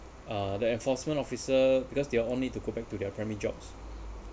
uh the enforcement officer because they're only to go back to their primary jobs